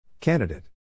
Candidate